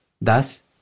thus